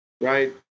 right